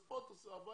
אז פה 14 מיליון.